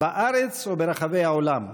בארץ וברחבי העולם,